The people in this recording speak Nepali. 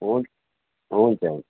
हुन् हुन्छ